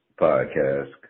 podcast